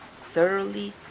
thoroughly